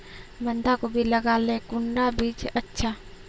बंधाकोबी लगाले कुंडा बीज अच्छा?